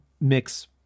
mix